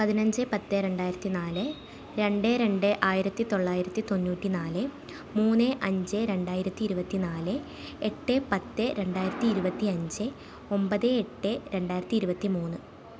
പതിനഞ്ച് പത്ത് രണ്ടായിരത്തി നാല് രണ്ട് രണ്ട് ആയിരത്തിത്തൊള്ളായിരത്തി തൊണ്ണൂറ്റി നാല് മൂന്ന് അഞ്ച് രണ്ടായിരത്തി ഇരുപത്തിനാല് എട്ട് പത്ത് രണ്ടായിരത്തി ഇരുപത്തി അഞ്ച് ഒമ്പത് എട്ട് രണ്ടായിരത്തി ഇരുപത്തിമൂന്ന്